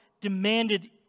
demanded